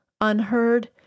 unheard